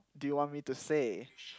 do you want me to say